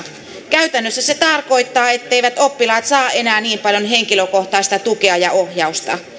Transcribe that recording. käytännössä se tarkoittaa etteivät oppilaat saa enää niin paljon henkilökohtaista tukea ja ohjausta